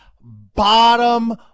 bottom